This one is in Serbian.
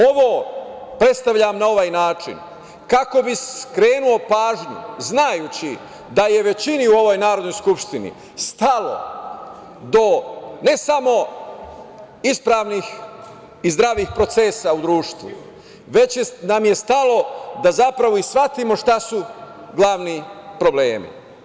Ovo predstavljam na ovaj način kako bi skrenuo pažnju znajući da je većini u ovoj Narodnoj skupštini stalo do ne samo ispravnih i zdravih procesa u društvu, već nam je stalo da zapravo i shvatimo šta su glavni problemi.